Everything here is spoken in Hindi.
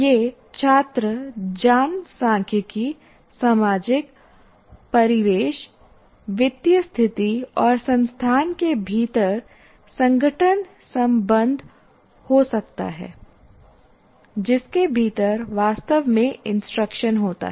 यह छात्र जनसांख्यिकी सामाजिक परिवेश वित्तीय स्थिति और संस्थान के भीतर संगठन संबंध हो सकता है जिसके भीतर वास्तव में इंस्ट्रक्शन होता है